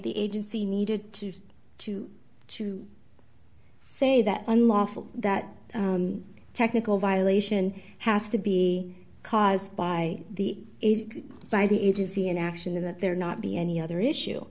the agency needed to to to say that unlawful that technical violation has to be caused by the by the agency in action in that there not be any other issue